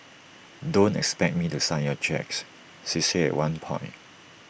don't expect me to sign your cheques she said at one point